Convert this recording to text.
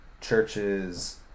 Churches